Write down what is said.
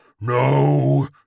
No